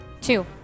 two